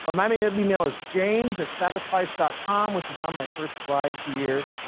ah my my email is james at satisfice dot com which is on my first slide here.